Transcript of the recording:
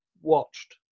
watched